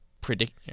predict